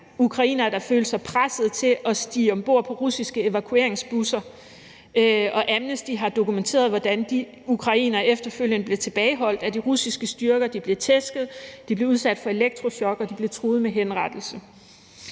ukrainere, der følte sig presset til at stige ombord på russiske evakueringsbusser, og Amnesty har dokumenteret, hvordan de ukrainere efterfølgende blev tilbageholdt af de russiske styrker. De blev tæsket, de blev udsat for elektrochok, og de blev truet med henrettelse.